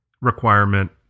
requirement